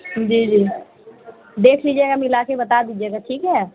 جی جی دیکھ لیجیے گا ملا کے بتا دیجیے گا ٹھیک ہے